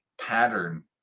pattern